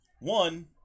One